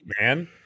man